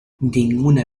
ninguna